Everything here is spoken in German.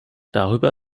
darüber